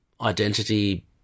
identity